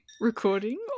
recording